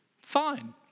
fine